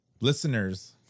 listeners